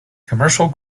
commercial